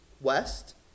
West